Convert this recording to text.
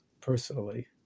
personally